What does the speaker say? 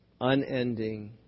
unending